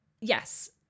yes